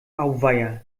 auweia